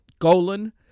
Golan